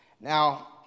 Now